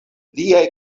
liaj